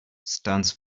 stands